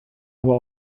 aber